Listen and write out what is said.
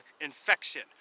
infection